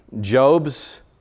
Job's